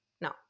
No